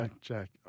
Jack